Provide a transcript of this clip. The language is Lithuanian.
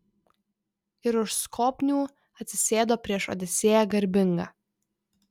ir už skobnių atsisėdo prieš odisėją garbingą